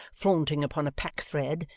flaunting upon a packthread,